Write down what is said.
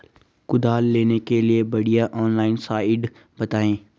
कुदाल लेने के लिए बढ़िया ऑनलाइन साइट बतायें?